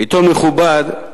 עיתון מכובד,